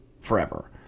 forever